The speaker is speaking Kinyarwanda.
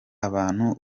abantu